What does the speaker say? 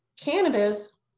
cannabis